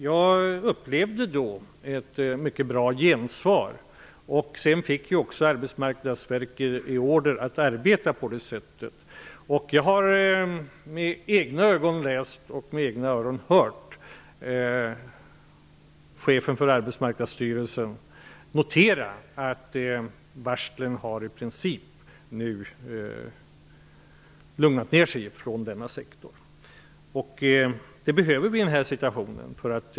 Jag upplevde då ett mycket bra gensvar. Arbetsmarknadsverket fick order att arbeta på det sättet. Jag har med egna ögon läst och med egna öron hört att chefen för Arbetsmarknadsstyrelsen noterat att varslen i denna sektor nu har lugnat ned sig. Det behöver vi i denna situation.